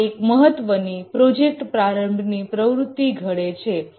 આ એક મહત્વની પ્રોજેક્ટ પ્રારંભની પ્રવૃત્તિ ઘડે છે